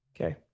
Okay